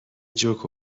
جوک